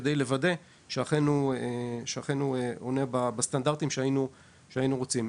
כדי לוודא שהוא אכן עומד בסטנדרטים שהיינו רוצים.